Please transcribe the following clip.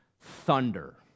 Thunder